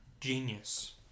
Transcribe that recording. genius